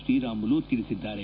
ಶ್ರೀರಾಮುಲು ತಿಳಿಸಿದ್ದಾರೆ